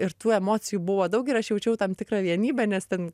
ir tų emocijų buvo daug ir aš jaučiau tam tikrą vienybę nes ten